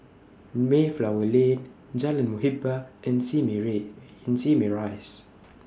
Mayflower Lane Jalan Muhibbah and Simei Ray and Simei Rise